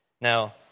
Now